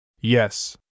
Yes